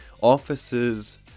office's